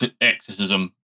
Exorcism